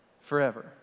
Forever